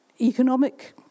economic